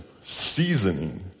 seasoning